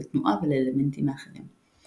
לתנועה ולאלמנטים האחרים.